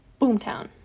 Boomtown